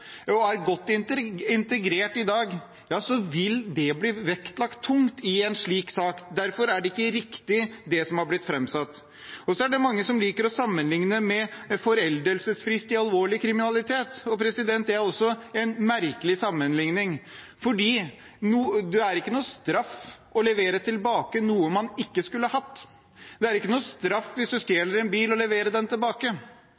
og er godt integrert i dag, vil det bli vektlagt tungt i en slik sak. Derfor er det ikke riktig, det som har blitt framsatt. Det er mange som liker å sammenligne med foreldelsesfrist for alvorlig kriminalitet. Det er også en merkelig sammenligning, for det er ikke straff å levere tilbake noe man ikke skulle hatt. Det er ikke straff hvis